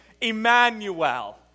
Emmanuel